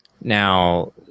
Now